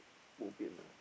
bo pian ah